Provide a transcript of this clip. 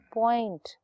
point